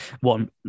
one